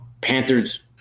Panthers